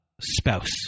spouse